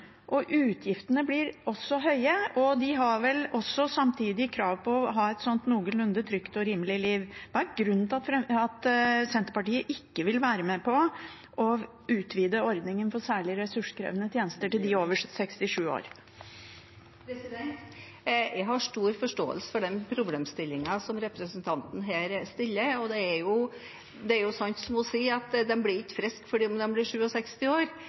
Utgiftene blir også høye, og de har vel også samtidig krav på å ha et noenlunde trygt og rimelig liv. Hva er grunnen til at Senterpartiet ikke vil være med på å utvide ordningen for særlig ressurskrevende tjenester til dem over 67 år? Jeg har stor forståelse for den problemstillingen som representanten her reiser, og det er jo sant som hun sier, at de blir ikke friske selv om de blir 67 år,